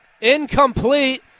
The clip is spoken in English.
incomplete